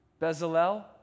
Bezalel